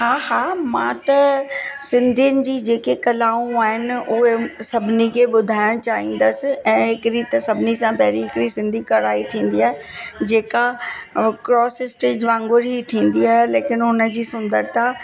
हा हा मां त सिंधियुनि जी जेके कलाऊं आहिनि उहे सभिनी खे ॿुधाइणु चाहींदसि ऐं हिकिड़ी त सभिनी सां पहिरीं हिकिड़ी सिंधी कढ़ाई थींदी आहे जेका क्रोसि स्टेज वांगुरु ई थींदी आहे लेकिन हुन जी सुंदरता